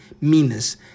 meanness